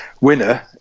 winner